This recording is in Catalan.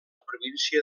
província